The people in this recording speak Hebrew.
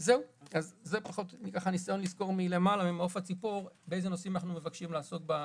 זה ניסיון לסקור ממעוף הציפור באיזה נושאים אנחנו מבקשים לעסוק.